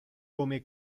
come